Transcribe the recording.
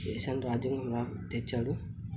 దేశానికి రాజ్యాంగం ర తెచ్చాడు